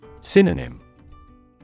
Synonym